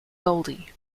goldie